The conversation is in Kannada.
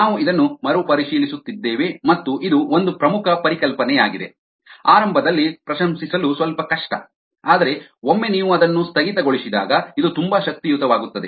ನಾವು ಇದನ್ನು ಮರುಪರಿಶೀಲಿಸುತ್ತಿದ್ದೇವೆ ಮತ್ತು ಇದು ಒಂದು ಪ್ರಮುಖ ಪರಿಕಲ್ಪನೆಯಾಗಿದೆ ಆರಂಭದಲ್ಲಿ ಪ್ರಶಂಸಿಸಲು ಸ್ವಲ್ಪ ಕಷ್ಟ ಆದರೆ ಒಮ್ಮೆ ನೀವು ಅದನ್ನು ಸ್ಥಗಿತಗೊಳಿಸಿದಾಗ ಇದು ತುಂಬಾ ಶಕ್ತಿಯುತವಾಗುತ್ತದೆ